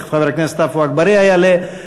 תכף חבר הכנסת עפו אגבאריה יעלה,